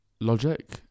logic